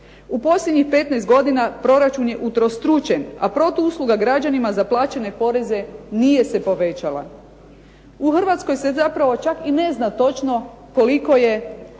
U posljednjih 15 godina proračun je utrostručen, a protuusluga građanima za plaćene poreze nije se povećala. U Hrvatskoj se zapravo čak i ne zna točno koliko je